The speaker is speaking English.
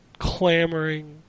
clamoring